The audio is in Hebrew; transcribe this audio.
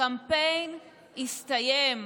הקמפיין הסתיים.